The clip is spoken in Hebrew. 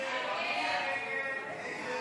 6.הצבעה.